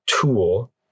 tool